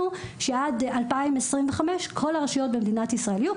שעד 2025 כל הרשויות במדינת ישראל יהיו,